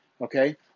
Okay